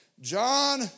John